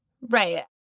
Right